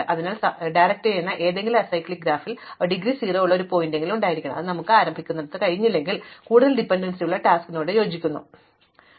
അതിനാൽ സംവിധാനം ചെയ്ത ഏതെങ്കിലും അസൈക്ലിക് ഗ്രാഫിൽ അവ ഡിഗ്രി 0 ഉള്ള ഒരു ശീർഷകമെങ്കിലും ആയിരിക്കണം അത് നമുക്ക് ആരംഭിക്കാൻ കഴിയുന്നിടത്ത് നിന്ന് കൂടുതൽ ആശ്രയത്വമുള്ള ടാസ്കിനോട് യോജിക്കുന്നു അല്ലെങ്കിൽ ടാസ്ക്കുകളുടെ ഒരു സംഖ്യ